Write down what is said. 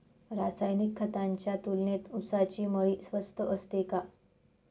रासायनिक खतांच्या तुलनेत ऊसाची मळी स्वस्त असते का?